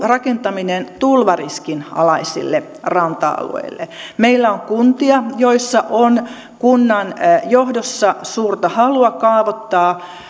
rakentaminen tulvariskin alaisille ranta alueille meillä on kuntia joissa on kunnanjohdossa suurta halua kaavoittaa